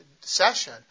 Session